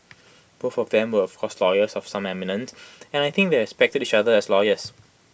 both of them were of course lawyers of some eminence and I think they both respected each other as lawyers